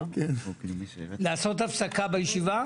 לעשות הפסקה בישיבה?